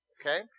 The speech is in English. okay